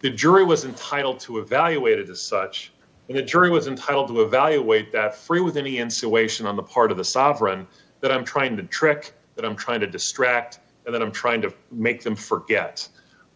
the jury was entitled to evaluated as such in a jury was entitled to evaluate that free with any installation on the part of the sovereign that i'm trying to trick that i'm trying to distract and then i'm trying to make them forget